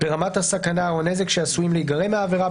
ברמת הסכנה או הנזק שעשויים להיגרם מהעבירה,